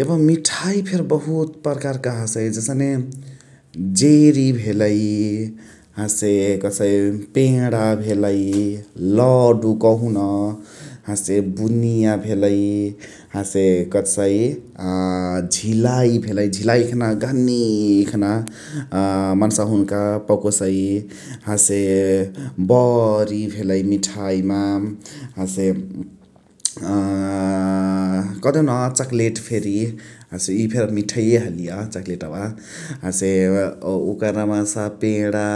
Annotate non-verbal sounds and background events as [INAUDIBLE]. एब मिठाई फेरी बहुत परकारक हसै जसने जेरी भेलइ । हसे कथकहसाइ पेणा भेलइ, लडु कहुन । हसे बुनिया भेलइ हसे कथकहसाइ झिलाई भेलइ झिलाई एखना गहनी एखना अ मन्सावा हुनुका पकोसइ । हसे बारी भेलइ मिठाईमा हसे अ [HESITATION] कदुएन चकलेट फेरी हसे इअ फेरी मिठाईए हलिय चकलेटवा । हसे [UNINTELLIGIBLE] ओकरमा पेणा,